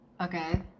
Okay